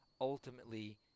ultimately